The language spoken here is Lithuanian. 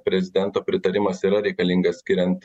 prezidento pritarimas yra reikalingas skiriant